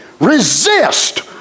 resist